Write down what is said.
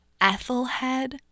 Ethelhead